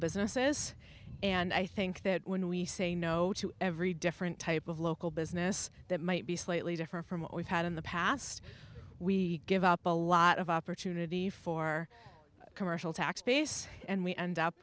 businesses and i think that when we say no to every different type of local business that might be slightly different from what we've had in the past we give up a lot of opportunity for commercial tax base and we end up